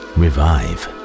revive